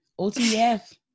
OTF